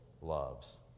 loves